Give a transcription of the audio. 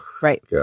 Right